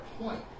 point